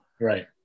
Right